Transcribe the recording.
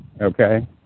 Okay